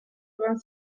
vingt